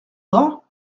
bras